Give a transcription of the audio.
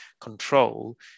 control